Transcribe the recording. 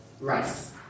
Rice